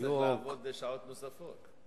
היה צריך לעבוד שעות נוספות.